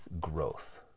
growth